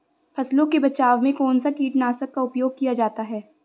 फसलों के बचाव में कौनसा कीटनाशक का उपयोग किया जाता है?